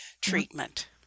treatment